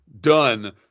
done